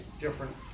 different